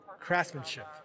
craftsmanship